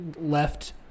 left